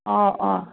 অ' অ'